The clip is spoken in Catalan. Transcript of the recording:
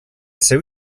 seu